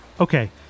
Okay